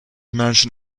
mansion